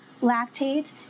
lactate